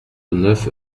neuf